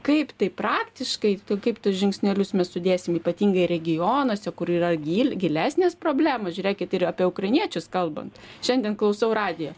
kaip tai praktiškai kaip tuos žingsnelius mes sudėsim ypatingai regionuose kur yra gil gilesnės problemos žiūrėkit ir apie ukrainiečius kalbant šiandien klausau radijo